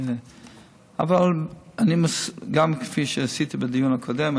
אבל גם כפי שעשיתי בדיון הקודם,